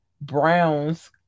Brown's